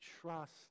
trust